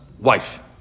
Wife